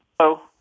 Hello